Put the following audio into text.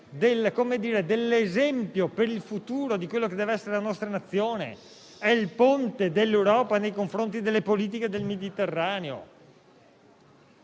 dell'esempio per il futuro di ciò che deve essere la nostra nazione. È il ponte dell'Europa nei confronti delle politiche del Mediterraneo,